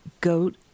goat